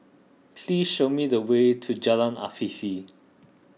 please show me the way to Jalan Afifi